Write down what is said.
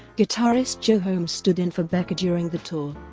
guitarist joe holmes stood in for becker during the tour.